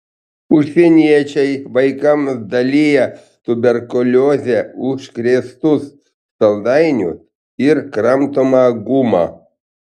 užsieniečiai vaikams dalija tuberkulioze užkrėstus saldainius ir kramtomą gumą